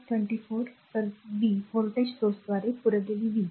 तर 24 तर व्होल्टेज स्त्रोताद्वारे पुरवलेली वीज